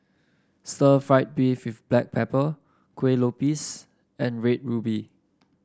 stir fry beef with Black Pepper Kuih Lopes and Red Ruby